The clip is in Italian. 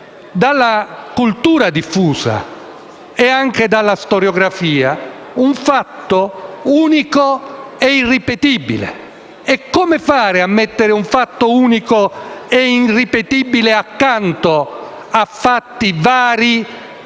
dalla cultura diffusa e anche dalla storiografia, un fatto unico e irripetibile. E come si può mettere un fatto unico e irripetibile accanto a fatti vari